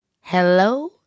Hello